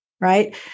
right